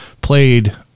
played